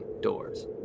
doors